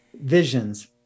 visions